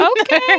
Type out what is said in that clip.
Okay